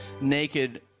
naked